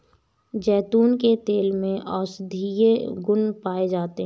जैतून के तेल में औषधीय गुण पाए जाते हैं